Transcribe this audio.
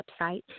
website